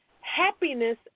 happiness